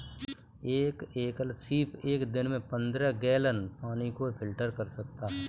एक एकल सीप एक दिन में पन्द्रह गैलन पानी को फिल्टर कर सकता है